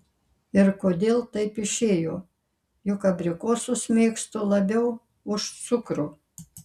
ir kodėl taip išėjo juk abrikosus mėgstu labiau už cukrų